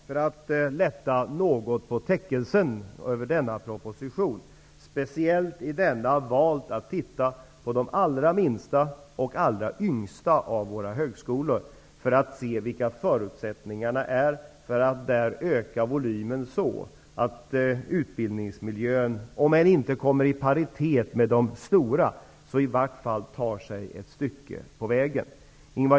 För att lätta något på täckelset över denna proposition, kan jag säga att jag har valt att titta på de allra minsta och allra yngsta högskolorna, för att se vilka förutsättningarna är för att där öka volymen så att utbildningsmiljön i varje fall kommer ett stycke på vägen, om de inte kan komma i paritet med de stora.